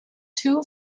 two